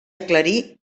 aclarir